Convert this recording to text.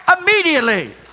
immediately